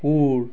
কোৰ